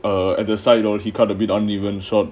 at the side on he cut a bit uneven shot